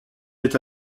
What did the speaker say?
est